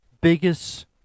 biggest